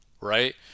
right